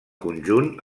conjunt